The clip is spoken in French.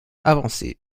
avancées